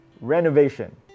renovation